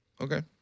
Okay